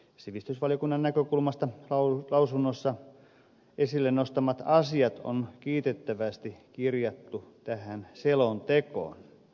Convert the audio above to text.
sivistysvaliokunnan lausunnossa esille nostetut asiat on kiitettävästi kirjattu tähän selontekoon